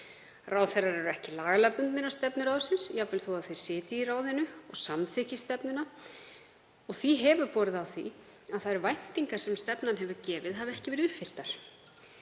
Ráðherrar eru ekki lagalega bundnir af stefnu ráðsins, jafnvel þó að þeir sitji í ráðinu og samþykki stefnuna, og því hefur borið á því að þær væntingar sem stefnan hefur gefið hafi ekki verið uppfylltar.